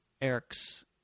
Eric's –